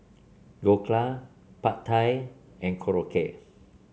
Dhokla Pad Thai and Korokke